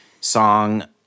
Song